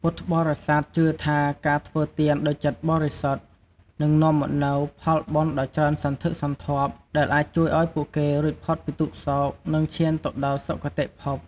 ពុទ្ធបរិស័ទជឿថា ការធ្វើទានដោយចិត្តបរិសុទ្ធ នឹងនាំមកនូវផលបុណ្យដ៏ច្រើនសន្ធឹកសន្ធាប់ ដែលអាចជួយឱ្យពួកគេរួចផុតពីទុក្ខសោក និងឈានទៅដល់សុខគតិភព។